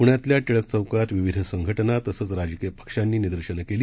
पुण्यातल्या टिळक चौकात विविध संघटना तसंच राजकीय पक्षांनी निदर्शनं केली